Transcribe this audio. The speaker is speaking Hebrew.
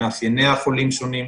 מאפייני החולים שונים,